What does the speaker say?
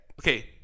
Okay